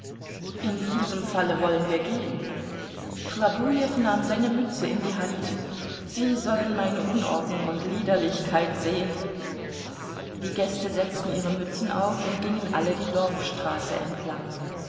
in diesem falle wollen wir gehen chlobujew nahm seine mütze in die hand sie sollen meine unordnung und liederlichkeit sehen die gäste setzten ihre mützen auf und gingen alle die dorfstraße entlang